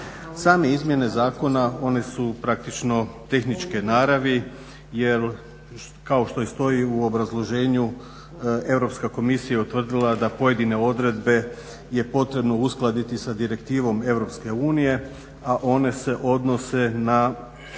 Same izmjene zakona one su praktično tehničke naravi jer kao što i stoji u obrazloženju Europska komisija je utvrdila da pojedine odredbe je potrebno uskladiti sa Direktivom EU, a one se odnose na